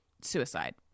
suicide